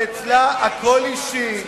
שאצלה הכול אישי.